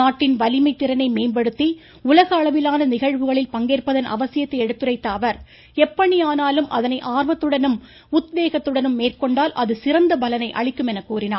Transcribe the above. நாட்டின் வலிமை திறனை மேம்படுத்தி உலக அளவிலான நிகழ்வுகளில் பங்கேற்பதன் அவசியத்தை எடுத்துரைத்த அவர் எப்பணியானாலும் அதனை ஆர்வத்துடனும் உத்வேகத்துடனும் மேற்கொண்டால் அது சிறந்த பலனை அளிக்கும் என கூறினார்